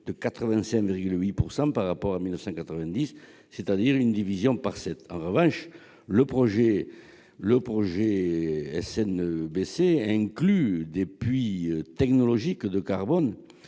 de 85,8 % par rapport à 1990, c'est-à-dire à leur division par sept. Cependant, le projet de SNBC inclut des puits technologiques de carbone